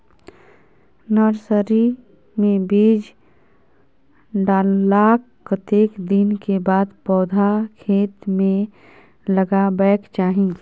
Nursery मे बीज डाललाक कतेक दिन के बाद पौधा खेत मे लगाबैक चाही?